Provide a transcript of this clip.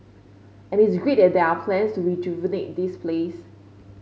and it's great that there are plans to rejuvenate this place